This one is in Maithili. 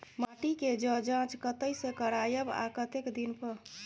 माटी के ज जॉंच कतय से करायब आ कतेक दिन पर?